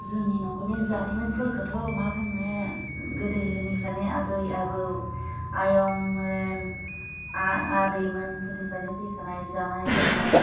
जोंनि नख'रनि जारिमिनफोरखौथ' मा बुंनो गोदोनिफ्रायनो आबै आबौ आयंमोनआ आदैमोनफोरनिफ्रायनो फैफानाय जानाय लोंनाय